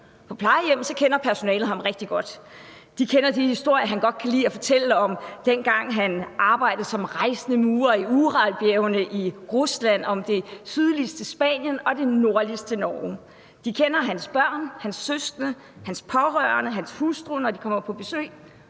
På plejehjemmet kender personalet ham rigtig godt. De kender de historier, han godt kan lide at fortælle om dengang, han arbejdede som rejsende murer i Uralbjergene i Rusland, om det sydligste Spanien og det nordligste Norge. De kender hans børn, hans søskende, hans pårørende og hans hustru, når de kommer på besøg